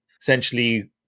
essentially